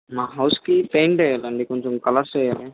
మా హౌస్కి పెయింట్ వేయాలి అండి కొంచెం కలర్స్ వేయాలి